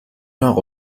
اقا